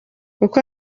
uko